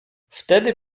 wtedy